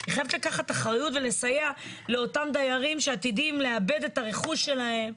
היא חייבת לקחת אחריות ולסייע לאותם דיירים שעתידים לאבד את הרכוש שלהם,